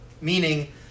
Meaning